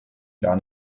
gar